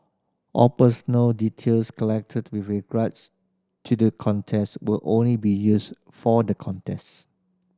all personal details collected with regards to the contest will only be used for the contest